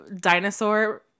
dinosaur